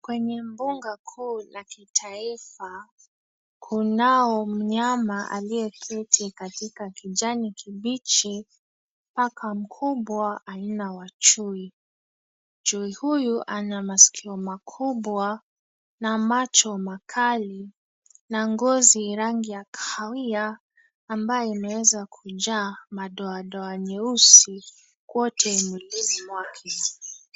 Kwenye mbuga kuu la kitaifa kunao mnyama aliyeketi katika kijani kibichi. Paka mkubwa aina wa chui. Chui huyu ana masikio makubwa na macho makali na ngozi rangi ya kahawia ambayo imeweza kujaa madoadoa nyeusi kwote mwilini mwake.